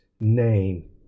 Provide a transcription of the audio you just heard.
name